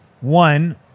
one